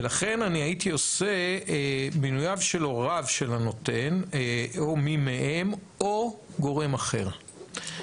ולכן אני הייתי עושה מינויו של הוריו של הנותן או מי מהם או גורם אחר.